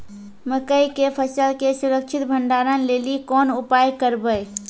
मकई के फसल के सुरक्षित भंडारण लेली कोंन उपाय करबै?